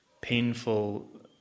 painful